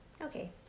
Okay